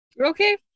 Okay